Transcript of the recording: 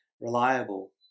reliable